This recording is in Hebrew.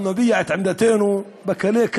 אנחנו נביע את עמדתנו בקלי-קלות.